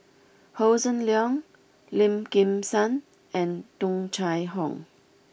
Hossan Leong Lim Kim San and Tung Chye Hong